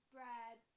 Brad